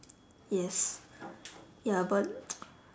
yes ya but